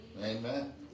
Amen